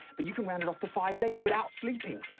but you can round it off to five days without sleeping.